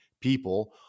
people